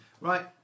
Right